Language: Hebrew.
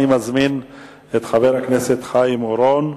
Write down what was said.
אני מזמין את חבר הכנסת חיים אורון,